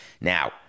Now